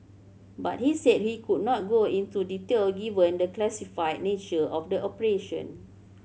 but he said he could not go into detail given the classified nature of the operation